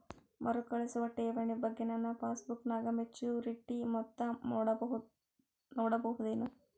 ಮರುಕಳಿಸುವ ಠೇವಣಿ ಬಗ್ಗೆ ನನ್ನ ಪಾಸ್ಬುಕ್ ನಾಗ ಮೆಚ್ಯೂರಿಟಿ ಮೊತ್ತ ನೋಡಬಹುದೆನು?